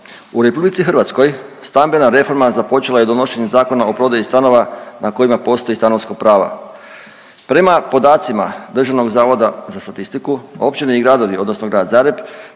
U RH stambena reforma započela je donošenjem Zakona o prodaji stanova na kojima postoje stanarska prava. Prema podacima DZS općine i gradovi odnosno Grad Zagreb